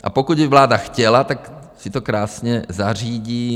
A pokud by vláda chtěla, tak si to krásně zařídí.